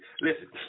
Listen